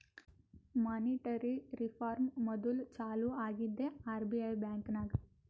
monetary reform module ಚಾಲೂ ಆಗಿದ್ದೆ RBI ಬ್ಯಾಂಕ್ನಾಗ್